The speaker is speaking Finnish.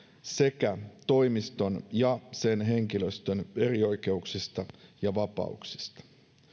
sekä toimiston ja sen henkilöstön erioikeuksista ja vapauksista